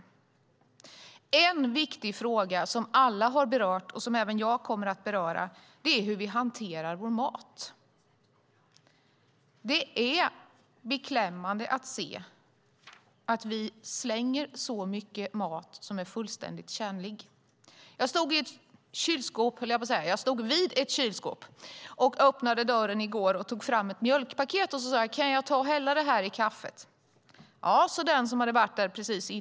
En viktig fråga som alla berört, och som även jag vill beröra, är hur vi hanterar vår mat. Det är beklämmande att se att vi slänger mycket mat som är fullständigt tjänlig. Jag stod vid ett kylskåp i går, tog fram ett mjölkpaket och frågade om jag kunde hälla den i kaffet. Ja, sade den som varit där precis före mig.